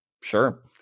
sure